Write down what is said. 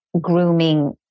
grooming